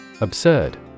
Absurd